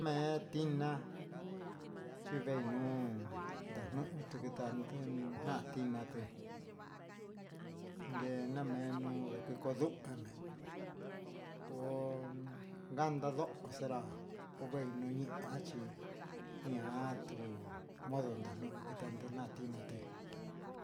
Me'e tiná chivenuu nanutu kitanten, na'a tiná té yena menuu ndake kundu'a me'é hó nganta ndoxen la nuñei hí axhí natu modo nando kitan nden nati tinaté.